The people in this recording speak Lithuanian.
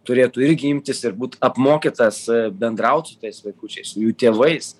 turėtų irgi imtis ir būt apmokytas bendraut su tais vaikučiais jų tėvais